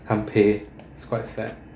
can't pay is quite sad